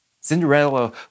Cinderella